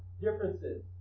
differences